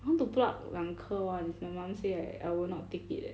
I want to pluck 两颗 one is my mum say like I will not take it eh